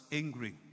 angry